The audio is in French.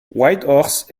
whitehorse